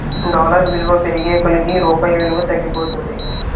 dollar విలువ పెరిగే కొలది రూపాయి విలువ తగ్గిపోతుంది